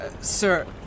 sir